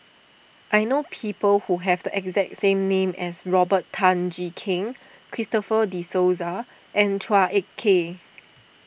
I know people who have the exact same name as Robert Tan Jee Keng Christopher De Souza and Chua Ek Kay